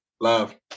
Love